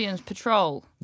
patrol